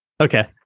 okay